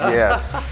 yes!